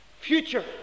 future